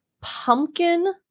pumpkin